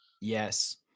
Yes